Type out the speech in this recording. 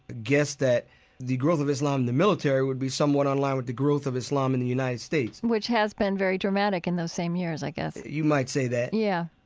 guess that the growth of islam in the military would be somewhat on line with the growth of islam in the united states which has been very dramatic in those same years, i guess you might say that yeah.